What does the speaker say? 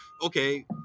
Okay